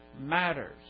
matters